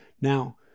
Now